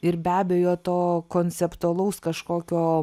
ir be abejo to konceptualaus kažkokio